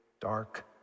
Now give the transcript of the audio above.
dark